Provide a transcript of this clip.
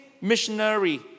missionary